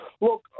Look